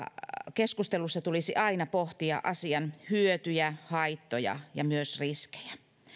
keskustelussa tulisi aina pohtia asian hyötyjä haittoja ja myös riskejä